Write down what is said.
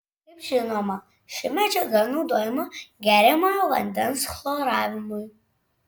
kaip žinoma ši medžiaga naudojama geriamojo vandens chloravimui